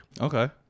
Okay